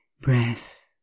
breath